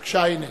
בבקשה, הנה.